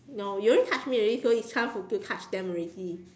no you already touch me already so it's time to to touch them already